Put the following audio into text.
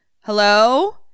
hello